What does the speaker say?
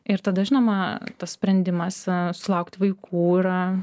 ir tada žinoma tas sprendimas susilaukt vaikų yra